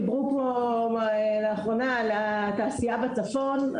דיברו פה לאחרונה על התעשייה בצפון,